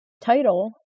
title